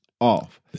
off